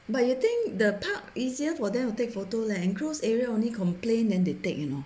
but you think the park easier for them to take photo leh enclosed area only complain and they take you know